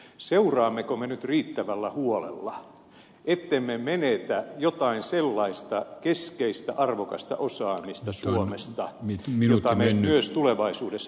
seuraammeko me nyt riittävällä huolella ettemme menetä suomesta jotain sellaista keskeistä arvokasta osaamista mitä me myös tulevaisuudessa tarvitsemme